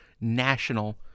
national